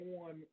on